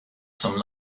some